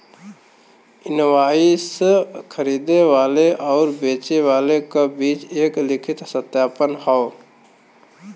invoice खरीदे वाले आउर बेचे वाले क बीच एक लिखित सत्यापन हौ